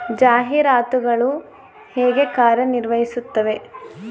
ಜಾಹೀರಾತುಗಳು ಹೇಗೆ ಕಾರ್ಯ ನಿರ್ವಹಿಸುತ್ತವೆ?